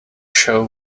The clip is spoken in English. show